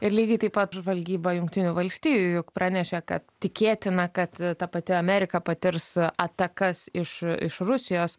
ir lygiai taip pat žvalgyba jungtinių valstijų juk pranešė kad tikėtina kad ta pati amerika patirs atakas iš iš rusijos